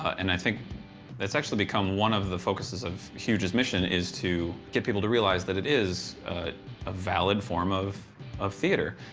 and i think it's actually become one of the focuses of huge's mission is to get people to realize that it is a valid form of of theater.